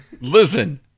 listen